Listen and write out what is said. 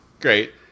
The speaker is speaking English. Great